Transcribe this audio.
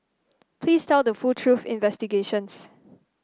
please tell the full truth investigations